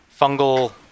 fungal